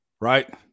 Right